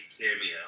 cameo